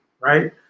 right